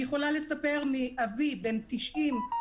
אני יכולה לספר מאבי, בן 90,